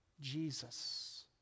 Jesus